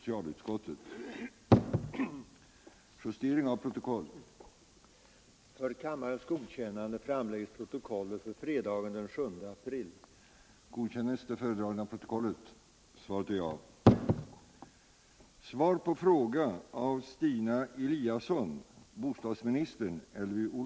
normen för byggnader Talmannen förklarade därefter vald till